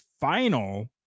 final